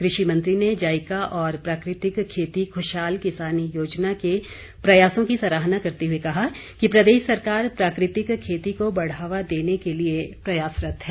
कृषि मंत्री ने जायका और प्राकृतिक खेती खुशहाल किसान योजना के प्रयासों की सराहना करते हुए कहा कि प्रदेश सरकार प्राकृतिक खेती को बढ़ावा देने के लिए प्रयासरत्त है